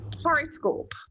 horoscope